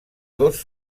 dos